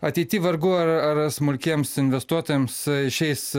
ateity vargu ar ar ar smulkiems investuotojams išeis